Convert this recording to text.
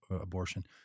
abortion